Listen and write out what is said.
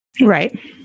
Right